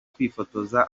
kwifotoza